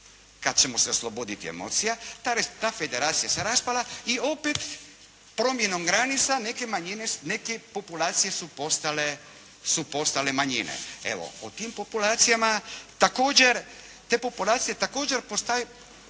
kada ćemo se osloboditi emocija. Ta federacija se raspala i opet promjenom granica neke populacije su postale manjine. Evo, o tim populacijama, također, te populacije također postaju,